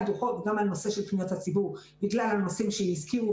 דוחות גם על נושא של פניות הציבור בגלל הנושאים שהזכירו